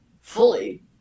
fully